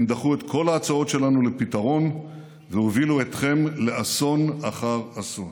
הם דחו את כל ההצעות שלנו לפתרון והובילו אתכם לאסון אחר אסון".